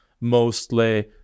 mostly